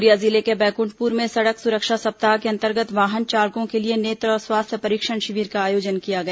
Korea जिले के बैकुंठपुर में सड़क सुरक्षा सप्ताह के अंतर्गत वाहन चालकों के लिए नेत्र और स्वास्थ्य परीक्षण शिविर का आयोजन किया गया